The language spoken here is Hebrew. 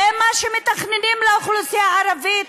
זה מה שמתכננים לאוכלוסייה הערבית?